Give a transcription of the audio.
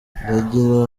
ndagira